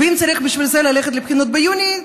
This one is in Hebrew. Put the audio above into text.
ואם צריך בשביל זה ללכת לבחירות ביוני,